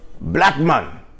Blackman